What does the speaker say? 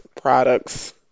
products